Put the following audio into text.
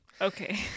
Okay